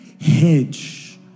hedge